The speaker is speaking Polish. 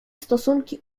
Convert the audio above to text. stosunki